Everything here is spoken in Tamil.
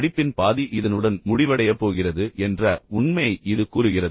படிப்பின் பாதி இதனுடன் முடிவடையப் போகிறது என்ற உண்மையை இது கூறுகிறது